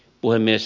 puhemies